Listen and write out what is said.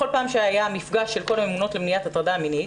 בכל פעם שהיה מפגש של כל הממונות למניעת הטרדה מינית,